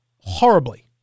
horribly